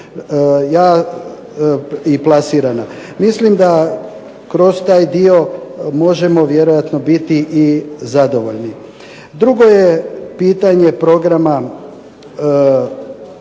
i plasirana. Mislim da kroz taj dio možemo vjerojatno biti i zadovoljni. Drugo je pitanje programa